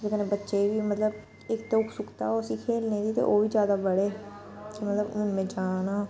एह्दे कन्नै बच्चे गी बी मतलब इक ते उत्सुकता उसी खेलने दी ते ओह् बी ज्यादा बढ़े मतलब हून में जाना